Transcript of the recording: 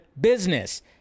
business